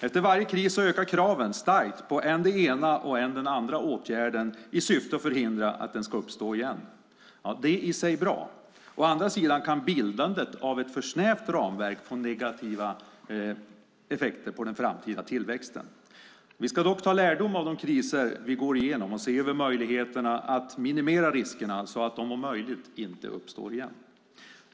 Efter varje kris ökar kraven starkt på än den ena och än den andra åtgärden i syfte att förhindra att den ska uppstå igen. Det är i sig bra. Däremot kan bildandet av ett för snävt ramverk få negativa effekter på den framtida tillväxten. Vi ska dock ta lärdom av de kriser vi går igenom och se över möjligheterna att minimera riskerna så att de om möjligt inte uppstår igen.